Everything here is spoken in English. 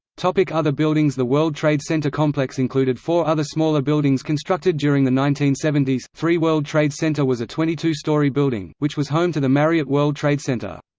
like other buildings the world trade center complex included four other smaller buildings constructed during the nineteen seventy s. three world trade center was a twenty two story building, which was home to the marriott world trade center.